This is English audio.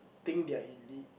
think they're indeed